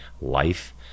life